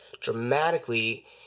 dramatically